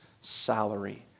salary